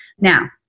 Now